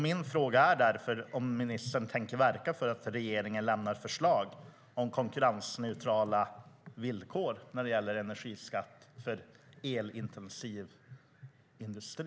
Min fråga är därför om ministern tänker verka för att regeringen ska lämna förslag om konkurrensneutrala villkor när det gäller energiskatt för elintensiv industri.